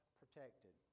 protected